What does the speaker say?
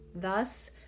Thus